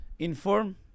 Inform